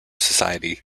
society